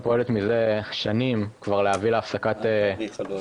אז אני מבקש ממך לא להפריע.